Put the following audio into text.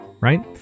right